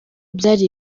byari